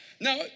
Now